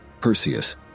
Perseus